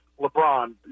LeBron